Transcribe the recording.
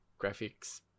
graphics